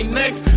next